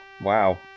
wow